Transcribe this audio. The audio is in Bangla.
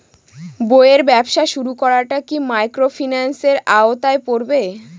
বইয়ের ব্যবসা শুরু করাটা কি মাইক্রোফিন্যান্সের আওতায় পড়বে?